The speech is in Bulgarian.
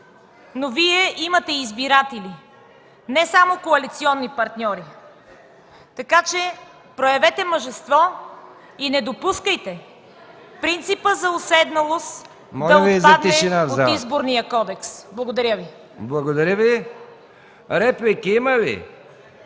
Но Вие имате избиратели, не само коалиционни партньори. Така че проявете мъжество и не допускайте принципа за уседналост да отпадне от Изборния кодекс. Благодаря Ви. ПРЕДСЕДАТЕЛ МИХАИЛ МИКОВ: